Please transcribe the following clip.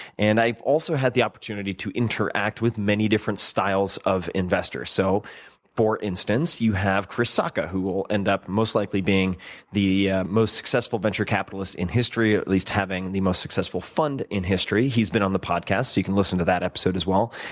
and i've also had the opportunity to interact with many different styles of investors. so for instance, you have chris sacca, who will end up most likely being the ah most successful venture capitalist in history, at least having the most successful fund in history. he's been on the podcast so you can listen to that episode, as well.